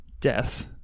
death